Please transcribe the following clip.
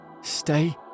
Stay